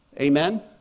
Amen